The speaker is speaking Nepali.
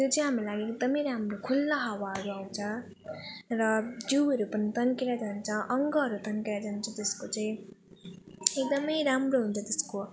त्यो चाहिँ हाम्रो लागि एकदम राम्रो खुल्ला हावाहरू आउँछ र जिउहरू पनि तन्केर जान्छ अङ्गहरू तन्केर जान्छ त्यसको चाहिँ एकदम राम्रो हुन्छ त्यसको